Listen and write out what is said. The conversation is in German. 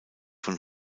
von